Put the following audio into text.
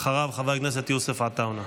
אחריו, חבר הכנסת יוסף עטאונה.